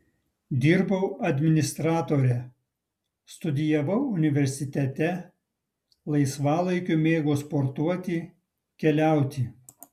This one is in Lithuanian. dirbau administratore studijavau universitete laisvalaikiu mėgau sportuoti keliauti